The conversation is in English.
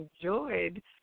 enjoyed